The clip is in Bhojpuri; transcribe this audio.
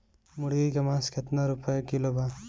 मुर्गी के मांस केतना रुपया किलो बा?